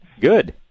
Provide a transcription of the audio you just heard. Good